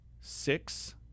Six